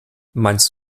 meinst